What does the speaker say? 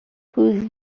whose